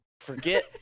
forget